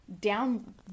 down